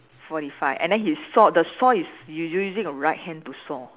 forty five and then his saw the saw is use using a right hand to saw